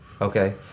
Okay